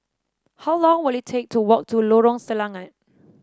how long will it take to walk to Lorong Selangat